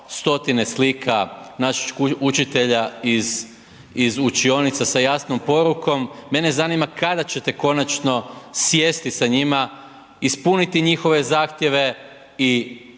100-tine slika naših učitelja iz učionica sa jasnom porukom. Mene zanima kada ćete konačno sjesti sa njima, ispuniti njihove zahtjeve i